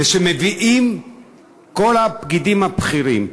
ושמביאים כל הפקידים הבכירים.